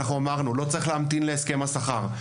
לא צריך להמתין להסכם השכר.